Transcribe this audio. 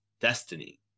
Destiny